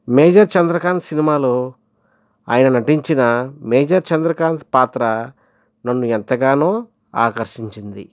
major Chandrakanth సినిమాలో ఆయన నటించిన మేజర్ చంద్రకాంత్ పాత్ర నన్ను ఎంతగానో ఆకర్షించింది